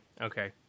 Okay